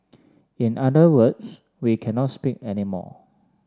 in other words we cannot speak anymore